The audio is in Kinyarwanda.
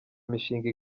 imishinga